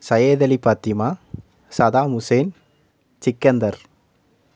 சையத்அலி Fathima சதாம்உஷேன் Sikandar